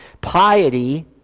piety